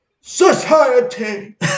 society